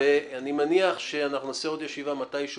אני מניח שאנחנו נקיים עוד ישיבה מתישהו